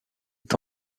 est